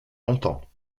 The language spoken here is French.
longtemps